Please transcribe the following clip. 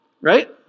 right